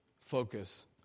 focus